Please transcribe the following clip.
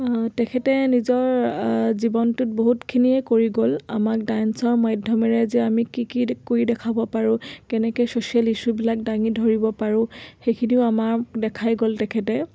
তেখেতে নিজৰ জীৱনটোত বহুতখিনিয়ে কৰি গ'ল আমাক ডান্সৰ মাধ্যমেৰে যে আমি কি কি কৰি দেখাব পাৰোঁ কেনেকৈ ছ'চিয়েল ইছ্যুবিলাক দাঙি ধৰিব পাৰোঁ সেইখিনিও আমাক দেখাই গ'ল তেখেতে